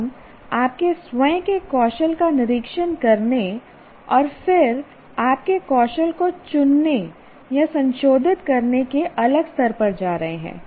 हम आपके स्वयं के कौशल का निरीक्षण करने और फिर आपके कौशल को चुनने या संशोधित करने के अगले स्तर पर जा रहे हैं